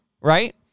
right